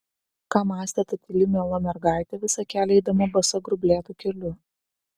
ką mąstė ta tyli miela mergaitė visą kelią eidama basa grublėtu keliu